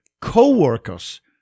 co-workers